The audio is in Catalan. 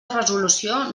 resolució